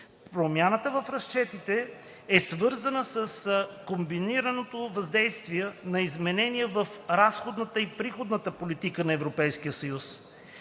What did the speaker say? Промяната в разчетите е свързана с комбинираното въздействие на изменения в разходната и приходната политики на